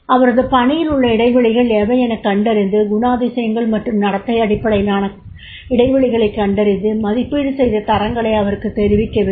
அவரது பண்பில் உள்ள இடைவெளிகள் எவை எனக் கண்டறிந்து குணாதிசயங்கள் மற்றும் நடத்தை அடிப்படையிலான இடைவெளிகளைக் கண்டறிந்து மதிப்பீடு செய்த தரங்களை அவருக்குத் தெரிவிக்க வேண்டும்